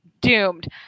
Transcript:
Doomed